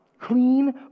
clean